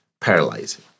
paralyzing